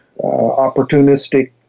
opportunistic